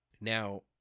Now